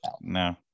no